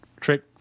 trick